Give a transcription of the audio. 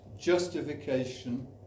justification